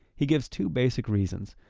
he gives two basic reasons.